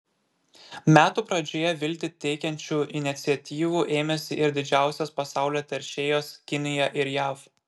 metų pradžioje viltį teikiančių iniciatyvų ėmėsi ir didžiausios pasaulio teršėjos kinija ir jav